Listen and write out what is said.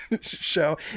show